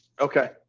Okay